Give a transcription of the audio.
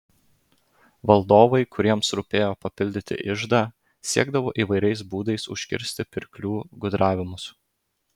valdovai kuriems rūpėjo papildyti iždą siekdavo įvairiais būdais užkirsti pirklių gudravimus